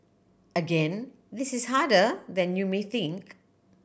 again this is harder than you may think